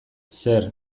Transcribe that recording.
zer